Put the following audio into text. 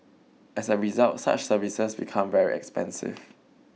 as a result such services become very expensive